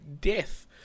death